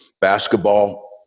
basketball